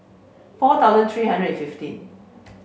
four thousand three hundred and fifteen